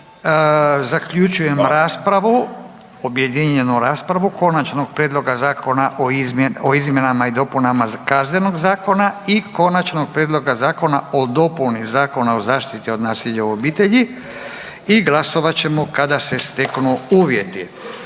raspravu, objedinjenu raspravu Konačnog prijedloga Zakona o izmjenama i dopunama Kaznenog zakona i Konačnog prijedlog Zakona o dopuni Zakona o zaštiti od nasilja u obitelji i glasovat ćemo se kada se steknu uvjeti.